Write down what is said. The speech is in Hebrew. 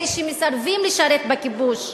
אלה שמסרבים לשרת בכיבוש,